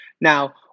now